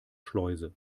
schleuse